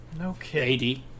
Okay